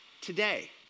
today